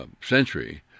century